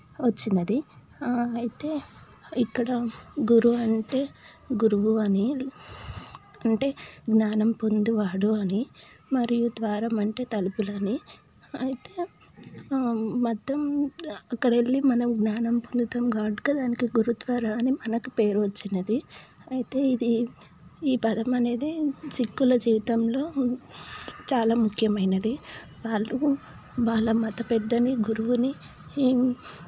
వచ్చినది అయితే ఇక్కడ గురువు అంటే గురువు అని అంటే జ్ఞానం పొందువాడు అని మరియు ద్వారమంటే తలుపులని అయితే మతం అక్కడ వెళ్లి మనం జ్ఞానం పొందుతాము కాబట్టి గురుద్వారా అని దానికి పేరు వచ్చినది అయితే ఇది ఈ పదం అనేది సిక్కుల జీవితంలో చాలా ముఖ్యమైనది వాళ్ళు వాళ్ళ మత పెద్దవి గురువుని